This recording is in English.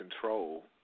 control